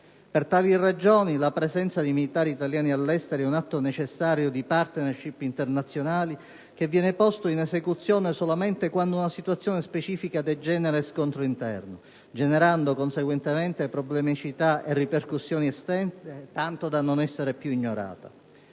Per tali ragioni, la presenza di militari italiani all'estero è un atto necessario di *partnership* internazionale, che viene posto in esecuzione solamente quando una situazione specifica degenera in scontro interno, generando conseguentemente problematicità e ripercussioni esterne, tanto da non poter essere più ignorata.